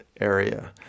area